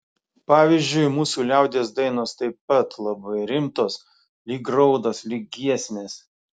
pavyzdžiui mūsų liaudies dainos taip pat labai rimtos lyg raudos lyg giesmės